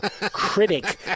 critic